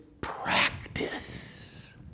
practice